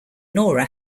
nora